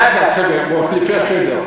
לאט-לאט, חבר'ה, בואו לפי הסדר.